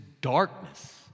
Darkness